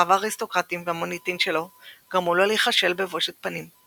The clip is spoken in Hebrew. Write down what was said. מכריו האריסטוקרטיים והמוניטין שלו גרמו לו להיכשל בבושת פנים.